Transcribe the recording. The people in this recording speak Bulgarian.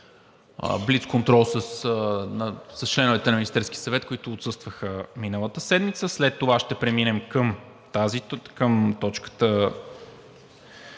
блицконтрол с членовете на Министерския съвет, които отсъстваха миналата седмица, след това ще преминем към точката